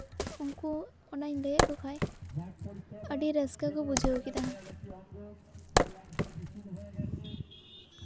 ᱩᱱᱠᱩ ᱚᱱᱟᱧ ᱞᱟᱹᱭᱟᱫ ᱠᱚ ᱠᱷᱟᱡ ᱟᱹᱰᱤ ᱨᱟᱹᱥᱠᱟᱹ ᱠᱚ ᱵᱩᱡᱷᱟᱹᱣ ᱠᱮᱫᱟ